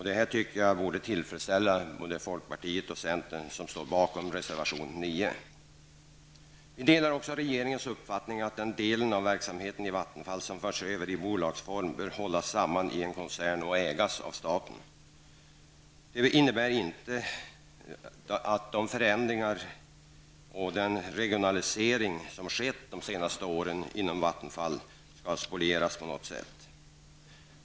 Detta tycker jag borde tillfredsställa både folkpartiet och centern, som står bakom reservation 9. Vi delar också regeringens uppfattning att den del av verksamheten i Vattenfall som förs över i bolagsform bör hållas samman i en koncern och ägas av staten. Det innebär inte att de förändringar och den regionalisering som skett de senaste åren inom Vattenfall skall spolieras på något sätt.